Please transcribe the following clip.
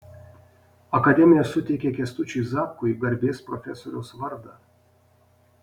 akademija suteikė kęstučiui zapkui garbės profesoriaus vardą